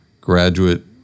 graduate